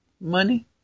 Money